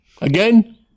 Again